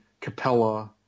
Capella